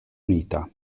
unita